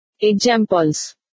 Examples